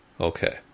Okay